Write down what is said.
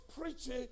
preaching